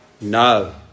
No